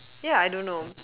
ya I don't know